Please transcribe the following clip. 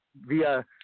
via –